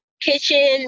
kitchen